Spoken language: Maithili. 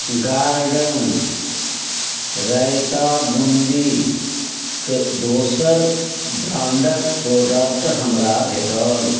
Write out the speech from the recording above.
गार्डन रायता बून्दीक दोसर ब्राण्डक प्रोडक्ट हमरा भेटल